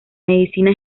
medicina